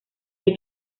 hay